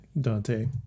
Dante